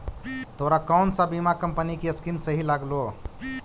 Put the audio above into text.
तोरा कौन सा बीमा कंपनी की स्कीम सही लागलो